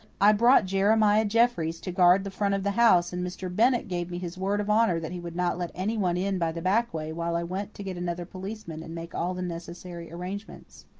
i brought jeremiah jeffries to guard the front of the house and mr. bennett gave me his word of honour that he would not let anyone in by the back way while i went to get another policeman and make all the necessary arrangements.